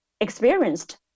experienced